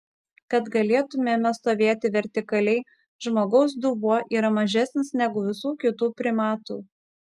kad galėtumėme stovėti vertikaliai žmogaus dubuo yra mažesnis negu visų kitų primatų